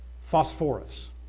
Phosphorus